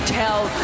tell